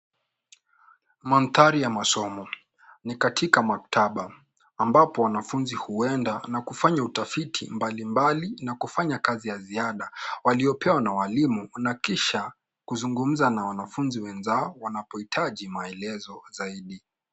Mandhari ya masomo. Ni katika maktaba, ambapo wanafunzi huenda na kufanya utafiti mbali mbali na kufanya kazi ya ziada waliopewa na walimu, na kisha kuzungumza na wanafunzi wenzao wanapohitaji maelezo zaidi.